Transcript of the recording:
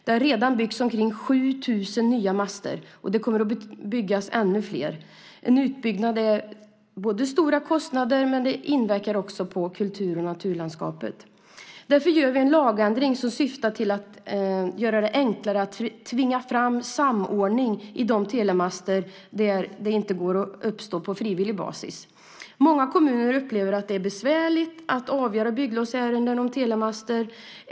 Det har redan byggts omkring 7 000 nya master och det kommer att byggas ännu fler. Det är en utbyggnad som innebär stora kostnader, men den inverkar också på kultur och naturlandskapet. Därför gör vi en lagändring som syftar till att göra det enklare att tvinga fram samordning i de telemaster där samordning inte uppnås på frivillig basis. Många kommuner upplever att det är besvärligt att avgöra bygglovsärenden om telemaster.